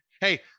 Hey